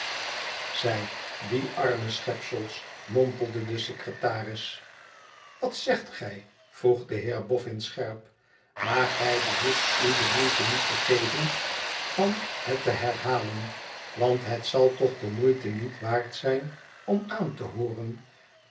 zij die arme schepsels mompelde de secretaris wat zegt gij vroeg de heer boffin scherp imaar gij behoeft u de moeite niet te geven van het te herhalen want het zal toch de moeite niet waard zijn om aan te hooren